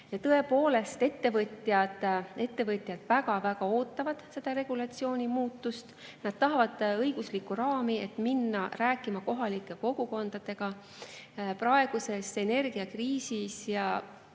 ettevõtjad väga-väga ootavad seda regulatsiooni muutust. Nad tahavad õiguslikku raami, et minna rääkima kohalike kogukondadega. Praeguses energiakriisis